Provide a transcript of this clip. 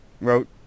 wrote